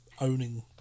owning